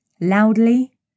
loudly